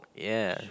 yeah